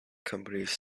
companies